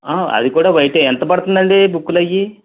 అది కూడా వైట్ ఎంత పడుతుది అండి బుక్లు అవి